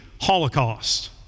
Holocaust